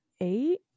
eight